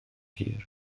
hir